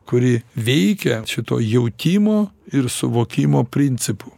kuri veikia šituo jautimo ir suvokimo principu